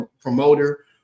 promoter